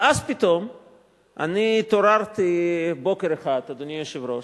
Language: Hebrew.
ואז פתאום התעוררתי בוקר אחד, אדוני היושב-ראש,